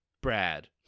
Brad